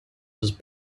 was